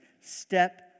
step